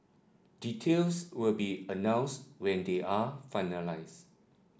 details will be announced when they are finalised